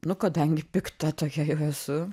nu kadangi pikta tokia jau esu